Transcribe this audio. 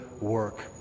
work